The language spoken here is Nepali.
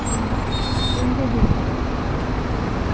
हजुर हुन्छ दिदी हजुर